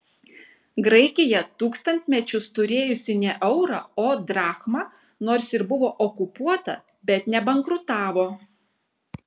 graikija tūkstantmečius turėjusi ne eurą o drachmą nors ir buvo okupuota bet nebankrutavo